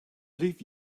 leave